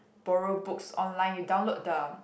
borrow books online you download the